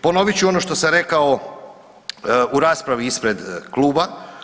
Ponovit ću ono što sam rekao u raspravi ispred Kluba.